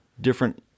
different